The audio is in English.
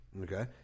Okay